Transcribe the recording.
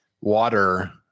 water